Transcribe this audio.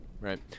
right